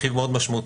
כרכיב מאוד משמעותי,